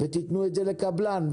ותנו אותו לקבלן,